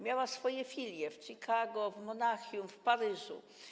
Miała swoje filie w Chicago, w Monachium, w Paryżu.